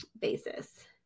basis